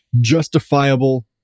justifiable